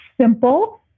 simple